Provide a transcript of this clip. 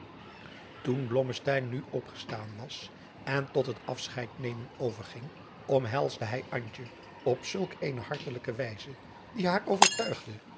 blommesteyn nu opgestaan was en tot het asscheid nemen overging omhelsde hij antje op zulk eene hartelijke wijze die haar overtuigde